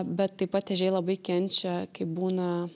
bet taip pat ežiai labai kenčia kai būna